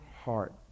heart